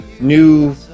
new